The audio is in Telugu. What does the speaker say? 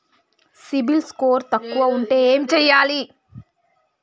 సిబిల్ స్కోరు తక్కువ ఉంటే ఏం చేయాలి?